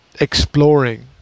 exploring